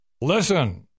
Listen